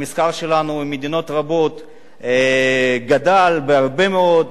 המסחר שלנו עם מדינות רבות גדל הרבה מאוד.